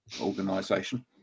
organization